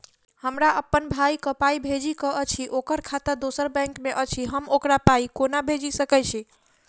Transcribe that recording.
हमरा अप्पन भाई कऽ पाई भेजि कऽ अछि, ओकर खाता दोसर बैंक मे अछि, हम ओकरा पाई कोना भेजि सकय छी?